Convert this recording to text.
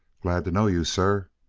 glad to know you, sir.